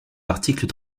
articles